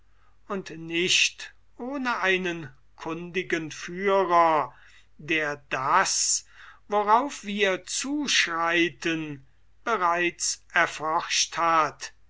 und nicht ohne einen kundigen der das worauf wir zuschreiten erforscht hat